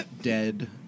dead